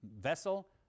vessel